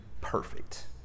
perfect